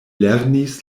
lernis